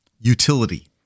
Utility